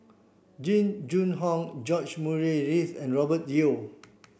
Jing Jun Hong George Murray Reith and Robert Yeo